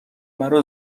مرا